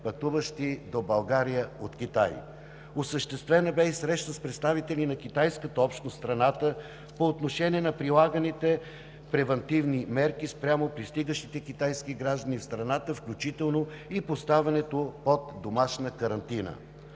пътуващи до България от Китай. Осъществена бе и среща с представители на китайската общност в страната по отношение на прилаганите превантивни мерки спрямо пристигащите китайски граждани в страната, включително и поставянето под домашна карантина.